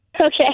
Okay